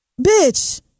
Bitch